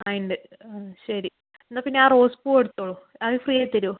ആ ഉണ്ട് ആ ശരി എന്നാൽ പിന്നെ ആ റോസ്പൂ എടുത്തോ അത് ഫ്രീ ആയി തരുമോ